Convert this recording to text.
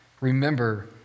Remember